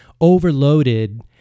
overloaded